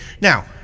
now